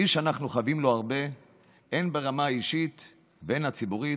האיש שאנחנו חבים לו הרבה הן ברמה האישית והן בציבורית,